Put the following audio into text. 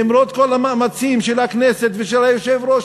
למרות כל המאמצים של הכנסת ושל היושב-ראש,